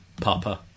Papa